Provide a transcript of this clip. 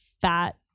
fat